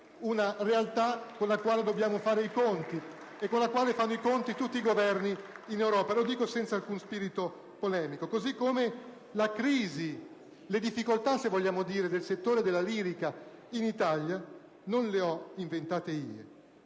una realtà con la quale dobbiamo fare i conti e con la quale fanno i conti tutti i Governi in Europa, e lo dico senza alcun spirito polemico. Così come la crisi e le difficoltà del settore della lirica in Italia non le ho inventate io.